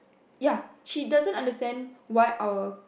ya she doesn't understand why our